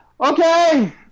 Okay